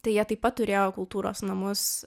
tai jie taip pat turėjo kultūros namus